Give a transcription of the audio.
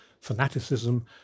fanaticism